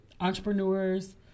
entrepreneurs